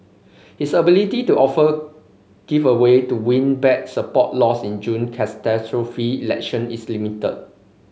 his ability to offer give away to win back support lost in June catastrophic election is limited